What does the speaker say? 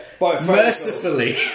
mercifully